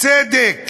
צדק